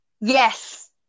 Yes